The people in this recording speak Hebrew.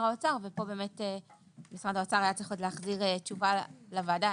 האוצר." פה משרד האוצר היה צריך להחזיר תשובה לוועדה.